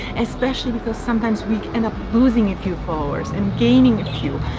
especially because sometimes we end up losing a few followers and gaining a few.